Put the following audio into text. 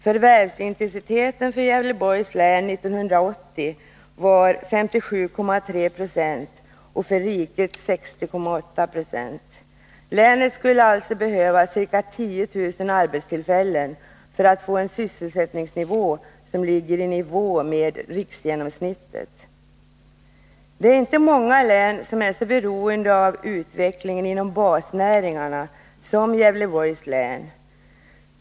Förvärvsintensiteten var 1980 för Gävleborgs län 57,3 20 och för riket 60,8 20. Länet skulle behöva tillföras ca 10 000 arbetstillfällen för att få en sysselsättningsnivå som ligger i nivå med riksgenomsnittet. Det är inte många län som är så beroende av utvecklingen inom basnäringarna som Gävleborgs län.